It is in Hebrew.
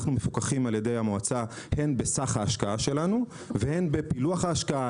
אנחנו מפוקחים על ידי המועצה הן בסך ההשקעה שלנו והן בפילוח ההשקעה,